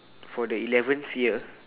for the eleventh year